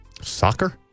Soccer